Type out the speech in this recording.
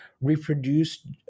reproduce